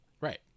right